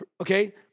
okay